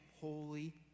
holy